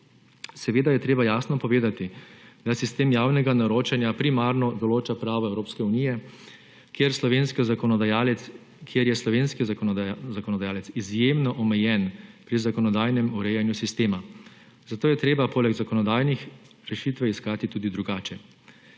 je treba jasno povedati, da sistem javnega naročanja primarno določa pravo Evropske unije, kjer je slovenski zakonodajalec izjemno omejen pri zakonodajnem urejanju sistema, zato je treba poleg zakonodajnih rešitve iskati tudi drugače.